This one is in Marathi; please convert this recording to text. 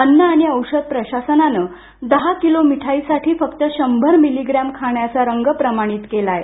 अन्न आणि औषध प्रशासनानं दहा किलो मीठाई साठी फक्त शंभर मिलिप्रॅम खाण्याचा रंग वापरणं प्रमाणित केलं आहे